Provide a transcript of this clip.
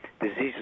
diseases